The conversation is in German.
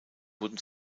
wurden